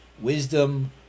wisdom